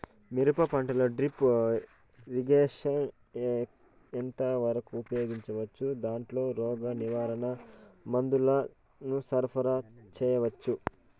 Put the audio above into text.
మిరప పంటలో drip irrigation ఎంత వరకు ఉపయోగించవచ్చు, దాంట్లో రోగ నివారణ మందుల ను సరఫరా చేయవచ్చా?